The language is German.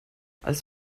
als